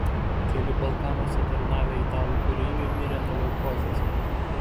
keli balkanuose tarnavę italų kareiviai mirė nuo leukozės